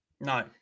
No